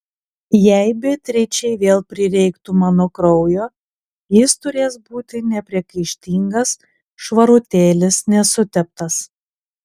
jei beatričei vėl prireiktų mano kraujo jis turės būti nepriekaištingas švarutėlis nesuteptas